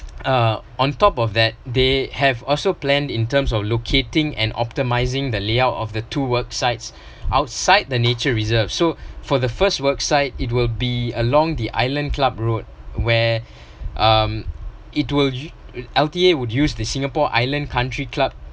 uh on top of that they have also planned in terms of locating and optimizing the layout of the two work sites outside the nature reserve so for the first work site it will be along the island club road where um it will L_T_A would use the singapore island country club